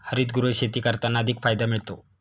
हरितगृह शेती करताना अधिक फायदा मिळतो